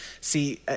See